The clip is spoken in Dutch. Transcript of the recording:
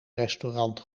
restaurant